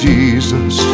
Jesus